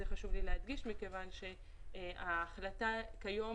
חשוב להדגיש את זה כיוון שההחלטה היום